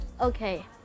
okay